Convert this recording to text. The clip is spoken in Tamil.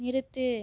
நிறுத்து